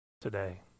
today